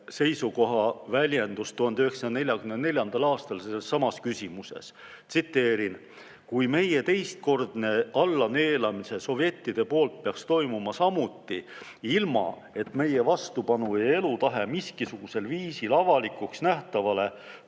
seisukoha väljendus 1944. aastal sellessamas küsimuses. Tsiteerin: "Kui meie teistkordne allaneelamine sovjettide poolt peaks toimuma samuti, ilma, et meie vastupanu- ja elutahe miskisugusel viisil tuleks avalikult nähtavale,